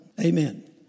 Amen